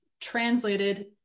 translated